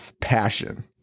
passion